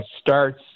starts